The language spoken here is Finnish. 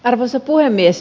arvoisa puhemies